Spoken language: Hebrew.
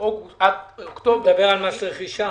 מס רכישה?